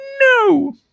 No